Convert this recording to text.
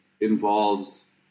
involves